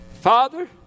Father